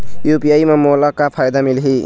UPI म मोला का फायदा मिलही?